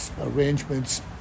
arrangements